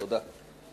תודה.